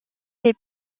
les